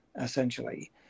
essentially